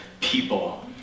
people